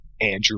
Andrew